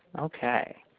okay.